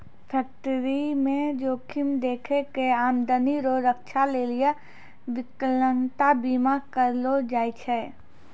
फैक्टरीमे जोखिम देखी कय आमदनी रो रक्षा लेली बिकलांता बीमा करलो जाय छै